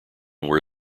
were